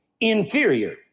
inferior